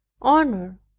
honor,